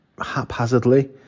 haphazardly